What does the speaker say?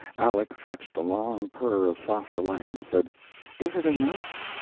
aleck fetched a long purr of soft delight, and said is it enough?